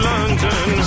London